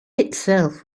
itself